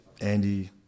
Andy